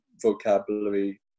vocabulary